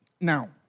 Now